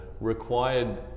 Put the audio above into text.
required